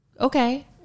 okay